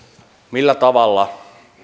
millä tavalla